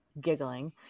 giggling